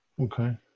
Okay